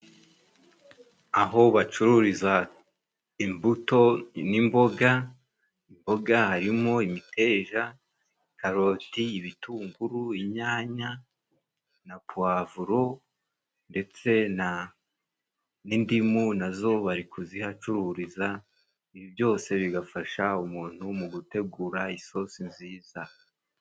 Aho bacururiza imbuto n'imboga , imboga harimo imiteja ,karoti ,ibitunguru ,inyanya na puwavuro ndetse na n'indimu nazo bari kuzihacururiza , ibi byose bigafasha umuntu mu gutegura isosi nziza.